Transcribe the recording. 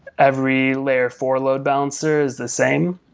every layer four load balancer is the same,